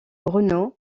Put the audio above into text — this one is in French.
renaud